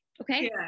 Okay